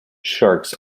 sharks